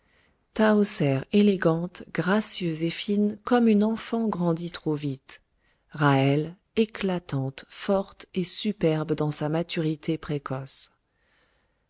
élégante gracieuse et fine comme une enfant grandie trop vite ra'hel éclatante forte et superbe dans sa maturité précoce